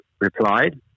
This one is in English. replied